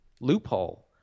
loophole